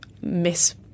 miss